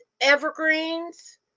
evergreens